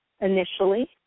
initially